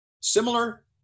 similar